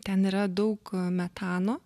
ten yra daug metano